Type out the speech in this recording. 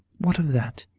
what of that?